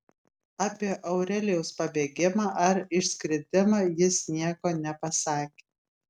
apie aurelijaus pabėgimą ar išskridimą jis nieko nepasakė